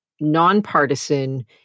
nonpartisan